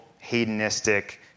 hedonistic